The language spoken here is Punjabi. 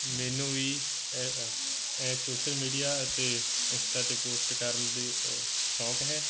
ਮੈਨੂੰ ਵੀ ਇਹ ਸੋਸ਼ਲ ਮੀਡੀਆ 'ਤੇ ਇੰਸਟਾ 'ਤੇ ਪੋਸਟ ਕਰਨ ਦੇ ਸ਼ੌਂਕ ਹੈ